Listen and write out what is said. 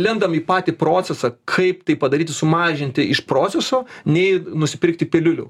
lendam į patį procesą kaip tai padaryti sumažinti iš proceso nei nusipirkti piliulių